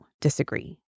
disagree